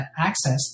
accessed